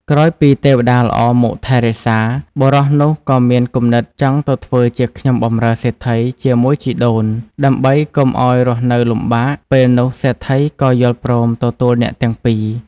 ក្រោយពីទេវតាល្អមកថែរក្សា បុរសនោះក៏មានគំនិតចង់ទៅធ្វើជាខ្ញុំបម្រើសេដ្ឋីជាមួយជីដូន ដើម្បីកុំឲ្យរស់នៅលំបាក ពេលនោះសេដ្ឋីក៏យល់ព្រមទទួលអ្នកទាំងពីរ។